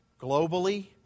globally